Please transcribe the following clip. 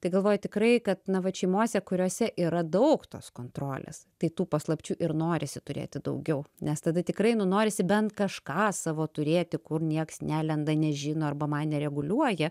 tai galvoji tikrai kad na vat šeimose kuriose yra daug tos kontrolės tai tų paslapčių ir norisi turėti daugiau nes tada tikrai nu norisi bent kažką savo turėti kur nieks nelenda nežino arba man nereguliuoja